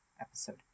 episode